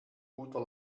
guter